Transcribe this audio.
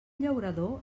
llaurador